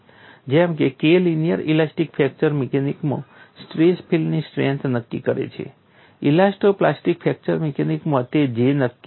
જેમ કે K linear elastic fracture મિકેનિક્સમાં સ્ટ્રેસ ફીલ્ડની સ્ટ્રેંથ નક્કી કરે છે ઇલાસ્ટો પ્લાસ્ટિક ફ્રેક્ચર મિકેનિક્સમાં તે J નક્કી કરે છે